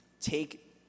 take